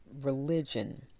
religion